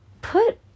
put